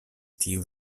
tiu